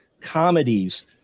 comedies